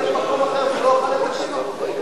אז אדוני כבר יהיה במקום אחר ולא יוכל לתקן אותו.